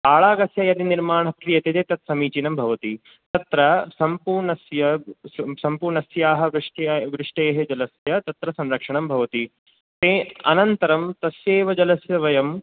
ताळागस्य यदि निर्माणं क्रियते चेत् तत् समीचीनं भवति तत्र सम्पूर्णस्य सम्पूर्णस्याः वृष्टा वृष्टेः जलस्य तत्र संरक्षणं भवति ते अनन्तरं तस्यैव जलस्य वयम्